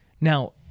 Now